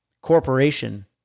corporation